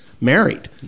married